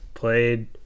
played